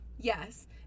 Yes